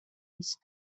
list